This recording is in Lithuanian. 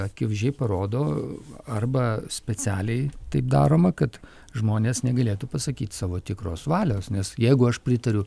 akivaizdžiai parodo arba specialiai taip daroma kad žmonės negalėtų pasakyt savo tikros valios nes jeigu aš pritariu